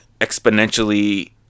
exponentially